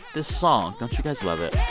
this song don't you guys love it?